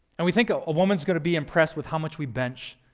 and we think a woman's going to be impressed with how much we bench